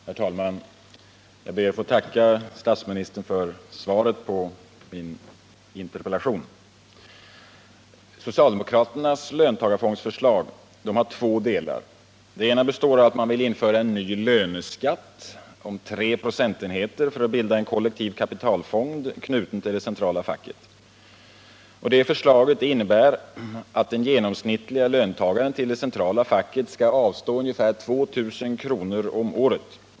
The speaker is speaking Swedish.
Herr talman! Jag ber att få tacka statsministern för svaret på min interpellation. Socialdemokraternas löntagarfondsförslag har två delar. Den ena delen består i att man vill införa en ny löneskatt om tre procentenheter för att bilda en kollektiv kapitalfond som är knuten till det centrala facket. Förslaget innebär att den genomsnittlige löntagaren till det centrala facket skall avstå ungefär 2 000 kr. om året.